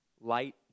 light